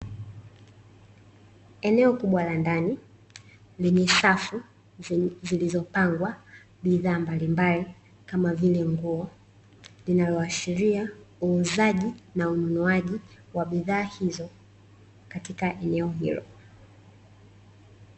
Eneo kubwa la ndani lenye safu zilizopangwa bidhaa mbalimbali kama vile nguo, linaloashiria uuzaji na ununuaji wa bidhaa hizo katika eneo hilo.